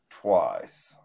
twice